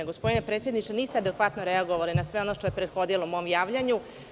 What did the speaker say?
Gospodine predsedniče, niste adekvatno reagovali na sve ono što je prethodilo mom javljanju.